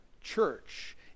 church